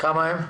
כמה הן?